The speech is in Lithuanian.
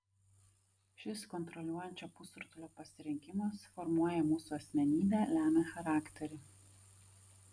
šis kontroliuojančio pusrutulio pasirinkimas formuoja mūsų asmenybę lemia charakterį